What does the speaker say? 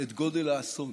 את גודל האסון.